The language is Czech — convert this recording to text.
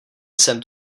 jsem